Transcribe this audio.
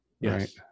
yes